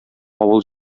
авыл